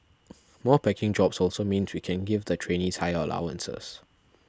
more packing jobs also means we can give the trainees higher allowances